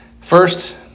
First